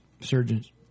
surgeons